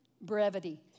Brevity